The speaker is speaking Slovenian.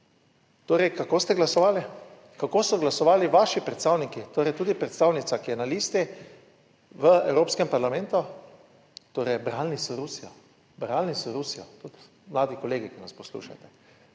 Torej, kako ste glasovali, kako so glasovali vaši predstavniki, torej, tudi predstavnica, ki je na listi, v Evropskem parlamentu, torej branili so Rusijo, branili so Rusijo, tudi mladi kolegi, ki nas poslušate.